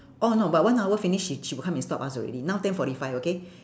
oh no but one hour finish she she will come and stop us already now ten forty five okay